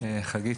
חגית,